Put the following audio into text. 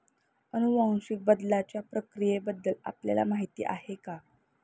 अनुवांशिक बदलाच्या प्रक्रियेबद्दल आपल्याला माहिती आहे का?